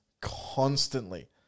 constantly